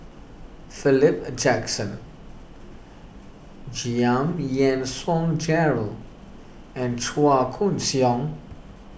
Philip Jackson Giam Yean Song Gerald and Chua Koon Siong